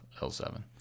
L7